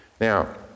Now